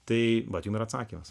tai vat jums ir atsakymas